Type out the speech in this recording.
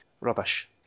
Rubbish